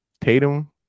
Tatum